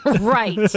Right